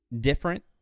different